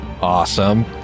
Awesome